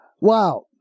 Wow